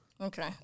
Okay